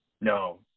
No